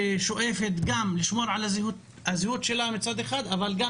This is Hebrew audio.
ששואפת גם לשמור על הזהות שלה מצד אחד אבל גם